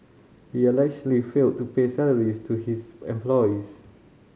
he allegedly failed to pay salaries to his employees